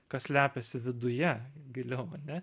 kas slepiasi viduje giliau ane